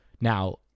Now